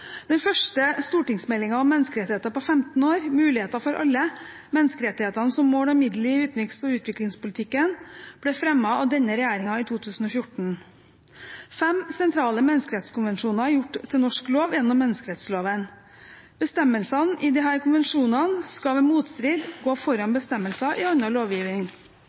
Den første stortingsmeldingen om menneskerettigheter på 15 år – «Muligheter for alle – menneskerettighetene som mål og middel i utenriks- og utviklingspolitikken» – ble fremmet av denne regjeringen i 2014. Fem sentrale menneskerettskonvensjoner er gjort til norsk lov gjennom menneskerettsloven. Bestemmelsene i disse konvensjonene skal ved motstrid gå foran bestemmelser i